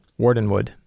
Wardenwood